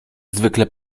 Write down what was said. zwykle